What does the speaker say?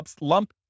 lump